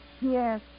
Yes